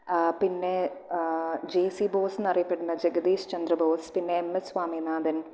പിന്നെ J C Bose എന്നറിയപ്പെടുന്ന ജഗതീഷ് ചന്ദ്ര ബോസ് പിന്നെ എം എസ് സ്വാമിനാഥൻ